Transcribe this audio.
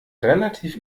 relativ